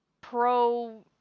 pro